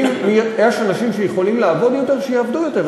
ואם יש אנשים שיכולים לעבוד יותר שיעבדו יותר,